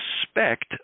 suspect